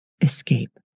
escape